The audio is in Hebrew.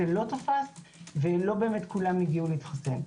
זה לא תפס ולא כולם הגיעו להתחסן.